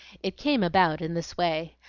it came about in this way.